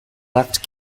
left